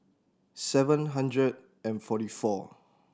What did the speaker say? seven hundred and forty four